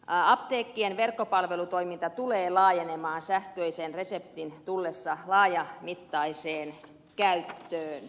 apteekkien verkkopalvelutoiminta tulee laajenemaan sähköisen reseptin tullessa laajamittaiseen käyttöön